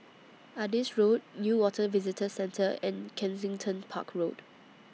Adis Road Newater Visitor Centre and Kensington Park Road